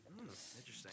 Interesting